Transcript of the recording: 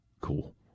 cool